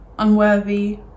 unworthy